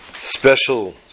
special